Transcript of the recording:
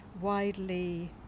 widely